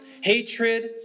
hatred